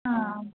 ആ